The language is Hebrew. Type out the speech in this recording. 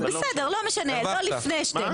בסדר, לא משנה.